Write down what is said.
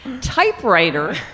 typewriter